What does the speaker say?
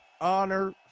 Honor